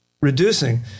reducing